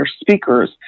speakers